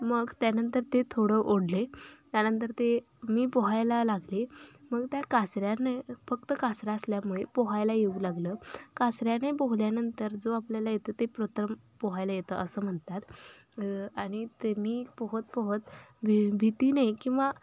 मग त्यानंतर ते थोडं ओढले त्यानंतर ते मी पोहायला लागले मग त्या कासऱ्याने फक्त कासरा असल्यामुळे पोहायला येऊ लागलं कासऱ्याने पोहल्यानंतर जो आपल्याला येतं ते प्रथम पोहायला येतं असं म्हणतात आणि ते मी पोहत पोहत भी भीतीने किंवा